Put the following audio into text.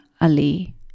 Ali